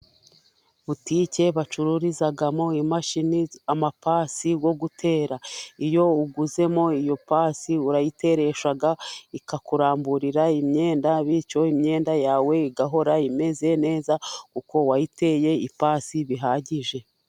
Botike bacururizamo imashini amapasi yo gutera, iyo uguzemo iyo pasi urayiteresha ikakuramburira imyenda, bityo imyenda yawe igahora imeze neza kuko wayiteye ipasi bihagije.